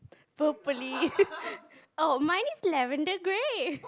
purplely oh mine is lavender grey